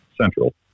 central